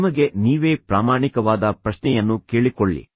ನಿಮಗೆ ನೀವೇ ಪ್ರಾಮಾಣಿಕವಾದ ಪ್ರಶ್ನೆಯನ್ನು ಕೇಳಿಕೊಳ್ಳಿ